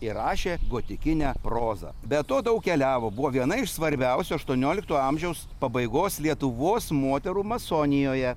ir rašė gotikinę prozą be to daug keliavo buvo viena iš svarbiausių aštuoniolikto amžiaus pabaigos lietuvos moterų masonijoje